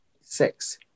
Six